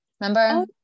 remember